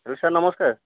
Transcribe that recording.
hello sir ନମସ୍କାର